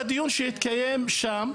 בדיון שהתקיים שם,